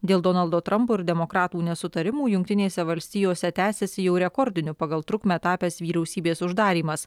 dėl donaldo trampo ir demokratų nesutarimų jungtinėse valstijose tęsiasi jau rekordiniu pagal trukmę tapęs vyriausybės uždarymas